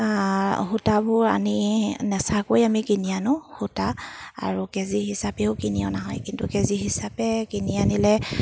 সূতাবোৰ আনি নেচাকৈ আমি কিনি আনো সূতা আৰু কেজি হিচাপেও কিনি অনা হয় কিন্তু কেজি হিচাপে কিনি আনিলে